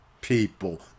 people